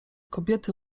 kobiety